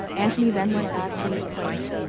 antony then went back to his place,